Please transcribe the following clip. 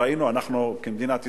ראינו, אנחנו, כמדינת ישראל,